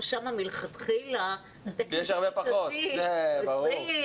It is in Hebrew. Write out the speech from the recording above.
שם מלכתחילה התקן הכיתתי הוא 20,